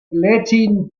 latin